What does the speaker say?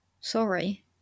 Sorry